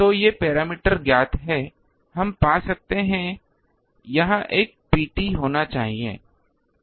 तो ये पैरामीटर ज्ञात हैं हम पा सकते हैं यहां एक Pt होना चाहिए